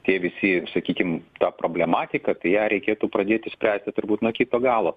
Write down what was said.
tie visi sakykim ta problematika kai ją reikėtų pradėti spręsti turbūt nuo kito galo